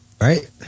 Right